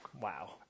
Wow